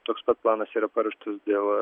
toks planas yra paruoštas dėl